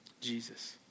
Jesus